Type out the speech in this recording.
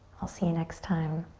i'll see you next time.